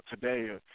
today